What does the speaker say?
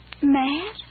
Mad